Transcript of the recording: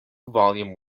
volume